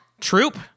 Troop